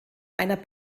einer